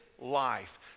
life